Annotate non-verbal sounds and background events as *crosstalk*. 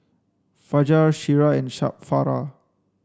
Fajar Syirah and *unintelligible* Farah